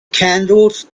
candles